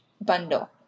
bundle